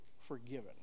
forgiven